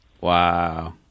Wow